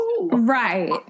right